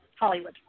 Hollywood